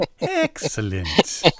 Excellent